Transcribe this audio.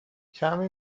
کمی